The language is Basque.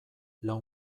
lau